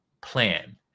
plan